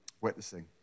witnessing